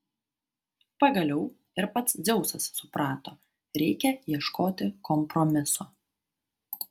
pagaliau ir pats dzeusas suprato reikia ieškoti kompromiso